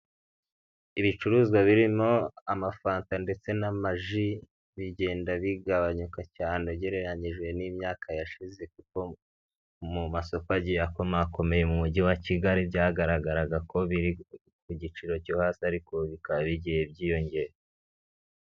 Ibicuruzwa birimo amafanta ndetse n'amaji bigenda bigabanyuka cyane ugereranyije n'imyaka yashize, kuko mu masoko agiye akoma komeye mu mujyi wa Kigali byagaragaraga ko biri ku giciro cyo hasi ariko ubu bikaba bigiye byiyongera.